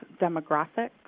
demographics